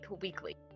Weekly